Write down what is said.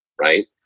right